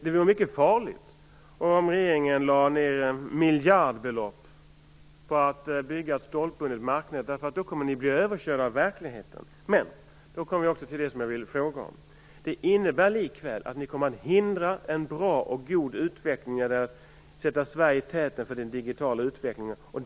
Det vore mycket farligt om regeringen lade ned miljardbelopp på att bygga ett stolpbundet marknät, därför att då kommer ni att bli överkörda av verkligheten. Nu kommer vi till det som jag vill fråga om. Det innebär likväl att ni kommer att hindra en bra och god utveckling när det gäller att sätta Sverige i täten för den digitala utvecklingen.